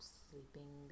sleeping